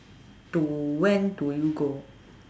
to when do you go